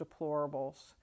deplorables